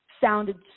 sounded